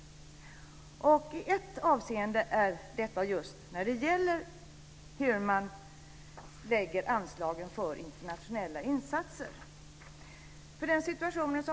I ett avseende handlar det just om hur man lägger anslagen för internationella insatser.